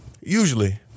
Usually